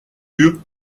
lieu